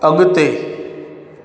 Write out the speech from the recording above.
अॻिते